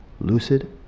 lucid